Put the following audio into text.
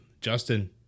Justin